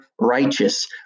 righteous